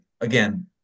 Again